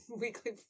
weekly